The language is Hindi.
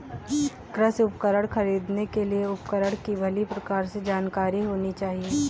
कृषि उपकरण खरीदने के लिए उपकरण की भली प्रकार से जानकारी होनी चाहिए